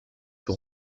sur